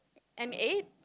an eight